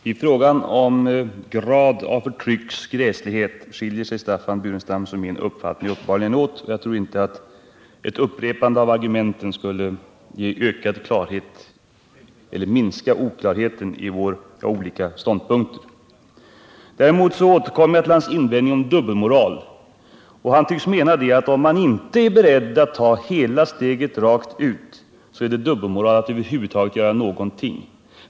Herr talman! I fråga om graden av förtryckets gräslighet skiljer sig Staffan Burenstam Linders uppfattning och min uppenbarligen åt, och jag tror inte att ett upprepande av argumenten skulle minska oklarheten när det gäller våra olika ståndpunkter. Däremot återkommer jag till hans invändning om dubbelmoral. Han tycks mena att om man inte är beredd att ta steget fullt ut, så är det dubbelmoral att över huvud taget göra någonting.